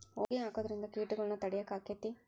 ಹೊಗಿ ಹಾಕುದ್ರಿಂದ ಕೇಟಗೊಳ್ನ ತಡಿಯಾಕ ಆಕ್ಕೆತಿ?